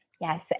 Yes